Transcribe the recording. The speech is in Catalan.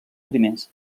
primers